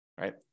right